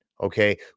okay